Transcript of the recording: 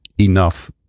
enough